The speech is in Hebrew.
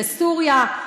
לסוריה,